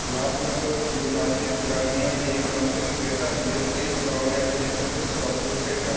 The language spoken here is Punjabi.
ਕਲਾਤਮਕ ਜਿਮਨਾਸਟਿਕ ਗਰਮੀਆਂ ਦੀ ਓਲੰਪਿਕ ਖੇਡਾਂ ਸਮੇਤ ਕਈ ਮੁਕਾਬਲਿਆਂ ਵਿੱਚ ਇੱਕ ਪ੍ਰਸਿੱਧ ਦਰਸ਼ਕ ਖੇਡ ਹੈ